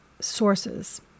sources